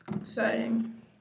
Exciting